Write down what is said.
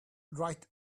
right